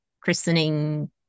christening